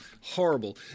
horrible